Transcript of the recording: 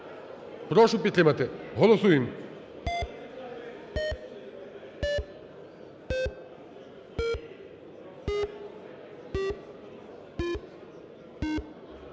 Прошу підтримати. Голосуєм.